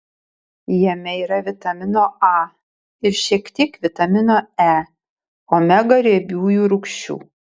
jame yra vitamino a ir šiek tiek vitamino e omega riebiųjų rūgščių